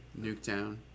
Nuketown